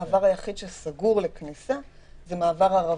המעבר היחיד שסגור לכניסה הוא מעבר ערבה.